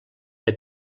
que